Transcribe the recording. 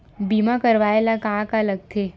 बीमा करवाय ला का का लगथे?